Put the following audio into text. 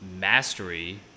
mastery